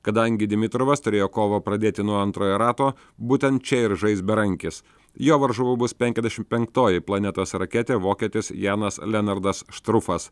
kadangi dimitrovas turėjo kovą pradėti nuo antrojo rato būtent čia ir žais berankis jo varžovu bus penkiasdešimt penktoji planetos raketė vokietis janas lenardas štrufas